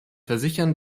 versichern